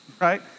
right